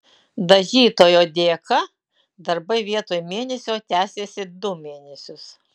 dažytojo dėka darbai vietoj mėnesio tęsėsi du mėnesius